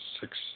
six